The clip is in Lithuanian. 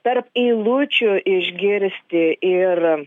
tarp eilučių išgirsti ir